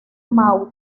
maud